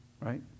right